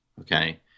okay